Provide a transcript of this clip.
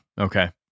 Okay